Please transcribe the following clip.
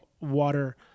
water